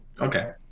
Okay